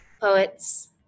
poets